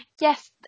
Yes